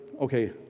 okay